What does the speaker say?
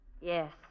Yes